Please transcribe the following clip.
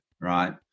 right